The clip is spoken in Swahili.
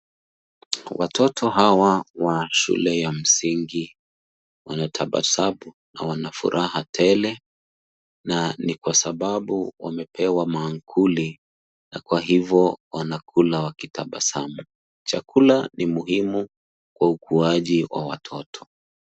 Watoto hawa wa shule ya msingi wanatabasamu na wanafuraha tele na ni kwa sababu wamepewa maankuli. Kwa hivyo wanakula wakitabasamu. Chakula ni muhimu kwa ukuaji wa watoto.